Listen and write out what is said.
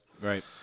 Right